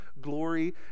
glory